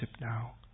now